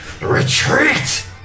retreat